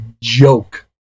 joke